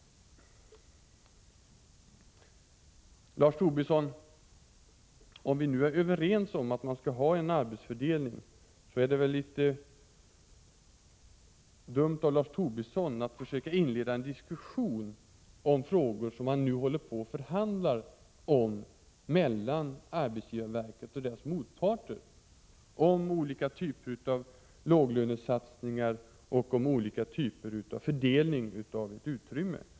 Om vi nu är överens om att man skall ha en arbetsfördelning så är det väl litet dumt av Lars Tobisson att försöka inleda en diskussion om frågor som arbetsgivarverket nu håller på och förhandlar om med sina motparter, frågor om olika typer av låglönesatsningar och fördelning av utrymme.